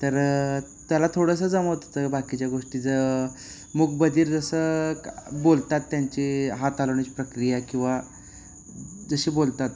तर त्याला थोडंसं जमवत होतं बाकीच्या गोष्टी ज मूकबधिर जसं बोलतात त्यांची हात हलवण्याची प्रक्रिया किंवा जसे बोलतात